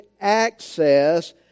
access